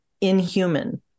inhuman